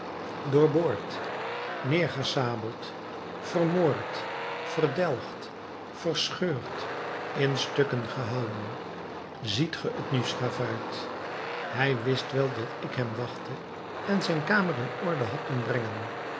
doorboord neergesabeld vermoord verdelgd verscheurd in stukken gehouwen ziet ge t nu schavuit hij wist wel dat ik hem wachtte en zijn kamer in orde had doen brengen